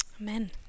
Amen